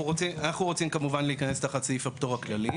אנחנו רוצים, כמובן, להיכנס תחת סעיף הפטור הכללי.